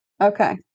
Okay